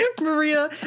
Maria